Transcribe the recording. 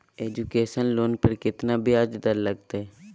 Education loan पर केतना ब्याज दर लगतई?